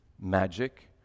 magic